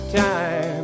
time